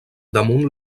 damunt